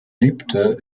lebte